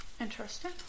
Interesting